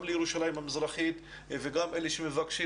גם לירושלים המזרחית וגם אלה שמבקשים